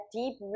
deep